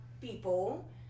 people